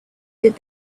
did